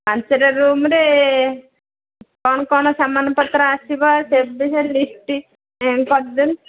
ପାଞ୍ଚଟା ରୁମ୍ରେ କ'ଣ କ'ଣ ସାମାନ ପତ୍ର ଆସିବ ସେ ବିଷୟରେ ଲିଷ୍ଟ୍ କରିଦିଅନ୍ତୁ